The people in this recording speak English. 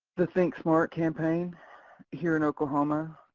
the think smart campaign here in oklahoma.